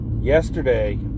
Yesterday